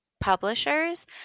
publishers